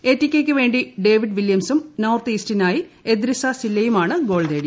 എടികെയ്ക്ക് വേണ്ടി ഡേവിഡ് വില്ല്യംസും നോർത്ത് ഈസ്റ്റിനായി എദ്രിസാ സില്ലയും ഗോൾ നേടി